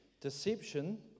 Deception